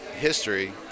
history